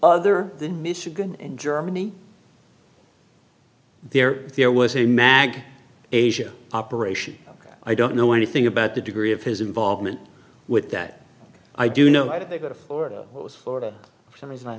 other than michigan in germany there there was a mag asia operation i don't know anything about the degree of his involvement with that i do know that if they go to florida florida for some reason i